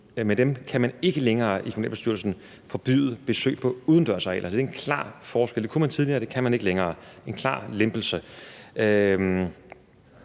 kommunalbestyrelsen ikke længere forbyde besøg på udendørsarealer. Det er en klar forskel, for det kunne man tidligere, men det kan man ikke længere – en klar lempelse.